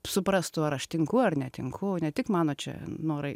suprastų ar aš tinku ar netinku ne tik mano čia norai